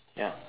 ya